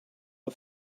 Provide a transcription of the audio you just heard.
the